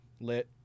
Lit